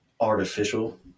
artificial